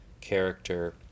character